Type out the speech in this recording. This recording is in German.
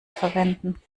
verwenden